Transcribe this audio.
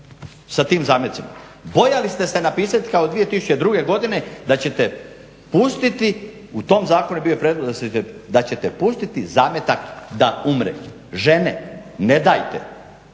sa tim zametcima. Bojali ste se napisati kao 2002. godine da ćete pustiti, u tom zakonu je bio prijedlog da ćete pustiti zametak da umre. Žene ne dajte,